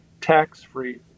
tax-free